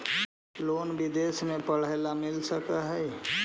Loan विदेश में पढ़ेला मिल सक हइ?